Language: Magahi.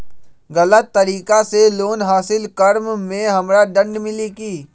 गलत तरीका से लोन हासिल कर्म मे हमरा दंड मिली कि?